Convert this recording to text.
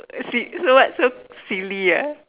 si~ so what so silly ah